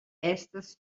estas